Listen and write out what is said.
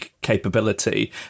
capability